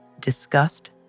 disgust